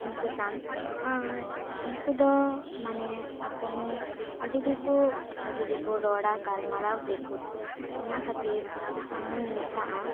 ᱩᱱᱠᱩ ᱥᱟᱶ ᱟᱨ ᱩᱱᱠᱩ ᱫᱚ ᱢᱟᱱᱮ ᱟᱠᱚᱦᱚᱸ ᱟᱹᱰᱤ ᱜᱮᱠᱚ ᱵᱷᱟᱜᱮ ᱜᱮᱠᱚ ᱨᱚᱲᱟ ᱜᱟᱞᱢᱟᱨᱟᱣ ᱛᱮᱠᱚ ᱚᱱᱟ ᱠᱷᱟᱹᱛᱤᱨ ᱩᱱᱠᱩ ᱥᱟᱶᱤᱧ ᱢᱮᱥᱟᱜᱼᱟ